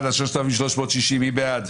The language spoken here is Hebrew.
רוויזיה על הסתייגויות 3320-3301, מי בעד?